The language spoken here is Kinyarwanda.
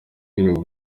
kirwa